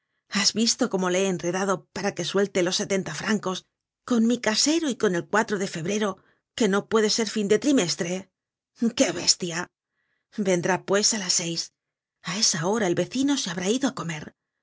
has visto cómo le he enredado para que suelte los sesenta francos con mi casero y con el de febrero que no puede ser fin de trimestre qué bestia i vendrá pues á las seis a esa hora el vecino se habrá ido á comer